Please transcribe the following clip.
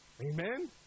Amen